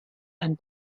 and